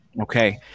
Okay